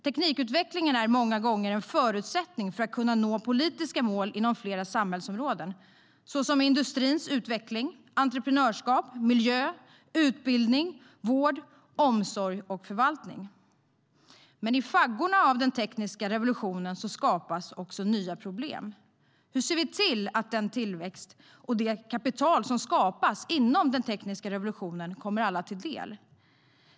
Teknikutvecklingen är många gånger en förutsättning för att kunna nå politiska mål inom flera samhällsområden, såsom industrins utveckling, entreprenörskap, miljö, utbildning, vård, omsorg och förvaltning. Men i anslutning till den tekniska revolutionen skapas också nya problem. Hur ser vi till att den tillväxt och det kapital som skapas inom den tekniska revolutionen kommer alla till del?